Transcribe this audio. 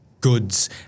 goods